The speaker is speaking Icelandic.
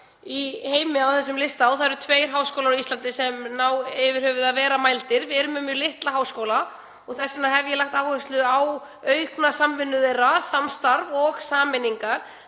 í heimi á þessum lista og það eru tveir háskólar á Íslandi sem ná yfir höfuð að vera mældir. Við erum með mjög litla háskóla og þess vegna hef ég lagt áherslu á aukna samvinnu þeirra, samstarf og sameiningar